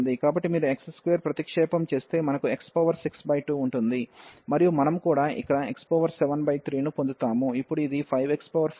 కాబట్టి మీరు x2 ప్రతిక్షేపం చేస్తే మనకు x62 ఉంటుంది మరియు మనము కూడా ఇక్కడ x73ను పొందుతాము